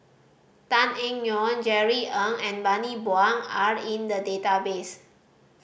Tan Eng Yoon Jerry Ng and Bani Buang are in the database